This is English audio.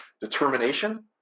determination